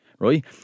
Right